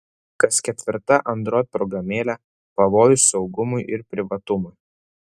kas ketvirta android programėlė pavojus saugumui ir privatumui